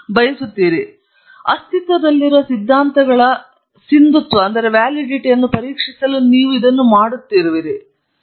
ಅಥವಾ ಅಸ್ತಿತ್ವದಲ್ಲಿರುವ ಸಿದ್ಧಾಂತಗಳ ಸಿಂಧುತ್ವವನ್ನು ಪರೀಕ್ಷಿಸಲು ನೀವು ಇದನ್ನು ಮಾಡುತ್ತಿರುವಿರಿ